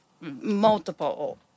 multiple